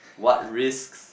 what risks